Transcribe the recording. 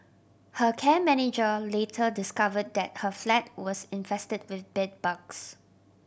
her care manager later discovered that her flat was infested with bedbugs